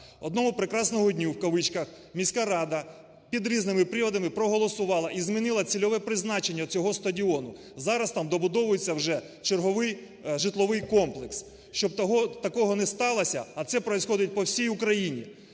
одного "прекрасного дня" (в кавичках) міська рада під різними приводами проголосувала і змінила цільове призначення цього стадіону. Зараз там добудовується вже черговий житловий комплекс. Щоб такого не сталося, а це проісходит по всій Україні,